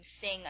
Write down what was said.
sing